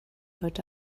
heute